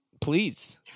Please